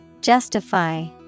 Justify